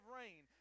rain